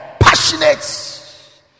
Passionate